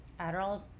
Adderall